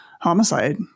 homicide